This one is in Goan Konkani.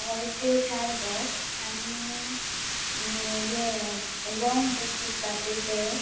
हय त्यो चार बोक्स आनी हें लोंग बुक्स आसता पळय ते